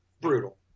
brutal